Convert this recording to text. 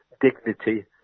dignity